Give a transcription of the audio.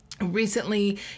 recently